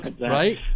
right